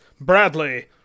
bradley